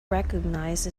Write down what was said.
recognised